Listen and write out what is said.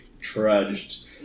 trudged